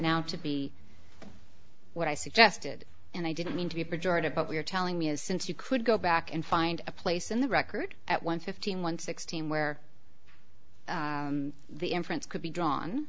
now to be what i suggested and i didn't mean to be projected but you're telling me is since you could go back and find a place in the record at one fifteen one sixteen where the inference could be drawn